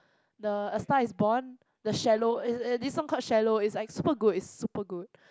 the a Star Is Born the Shallow uh uh this song called Shallow it's like super good it's super good